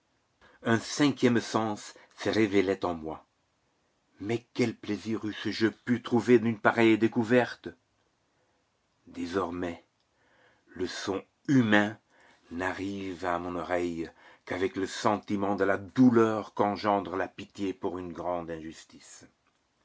un cinquième sens se révélait en moi mais quel plaisir eusse je pu trouver d'une pareille découverte désormais le son humain n'arriva à mon oreille qu'avec le sentiment de la douleur qu'engendre la pitié pour une grande injustice